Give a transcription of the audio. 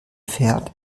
fährt